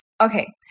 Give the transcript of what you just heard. Okay